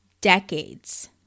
decades